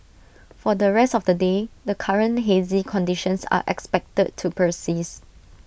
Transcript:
for the rest of the day the current hazy conditions are expected to process